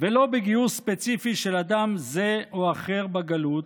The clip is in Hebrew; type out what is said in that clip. ולא בגיוס ספציפי של אדם זה או אחר בגלות,